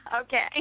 Okay